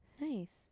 Nice